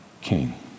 king